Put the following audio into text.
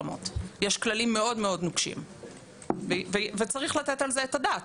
יש כללים מאוד מאוד נוקשים וצריך לתת על זה על הדעת,